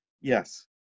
Yes